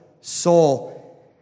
soul